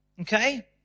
Okay